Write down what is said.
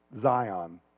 Zion